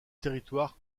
territoire